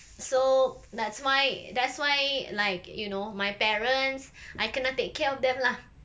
so that's why that's why like you know my parents I kena take care of them lah